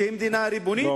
שהיא מדינה ריבונית, אתה